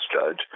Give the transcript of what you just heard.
judge